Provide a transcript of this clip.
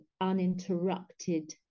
uninterrupted